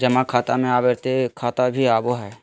जमा खाता में आवर्ती खाता भी आबो हइ